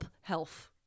Health